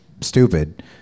stupid